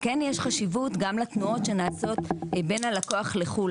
כן יש חשיבות גם לתנועות שנעשות בין הלקוח לחו"ל,